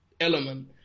element